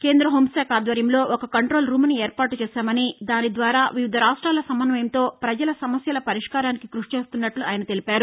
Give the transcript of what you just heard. కేంద్ర హోంశాఖ ఆధ్వర్యంలో ఒక కంటోల్ రూం ను ఏర్పాటు చేశామని దాని ద్వారా వివిధ రాష్ట్లల సమన్వయంతో ప్రపజల సమస్యల పరిష్కారానికి క్బషి చేస్తున్నట్లు ఆయన తెలిపారు